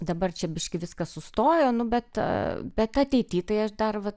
dabar čia biškį viskas sustojo nu bet bet ateity tai aš dar vat